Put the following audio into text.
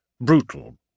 Brutal